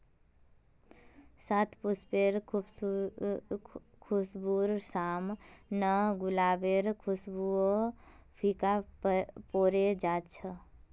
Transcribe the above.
शतपुष्पेर खुशबूर साम न गुलाबेर खुशबूओ फीका पोरे जा छ